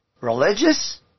Religious